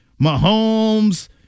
Mahomes